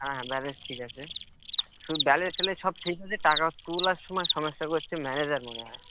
হ্যাঁ হ্যাঁ ব্যালেন্স ঠিক আছে শুধু ব্যালেন্স ফ্যালেন্স সব ঠিক আছে টাকা তোলার সময় সমস্যা করছে ম্যানেজার মনে হয়